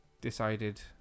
decided